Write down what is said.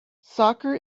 soccer